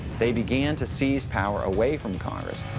they began to seize power away from congress.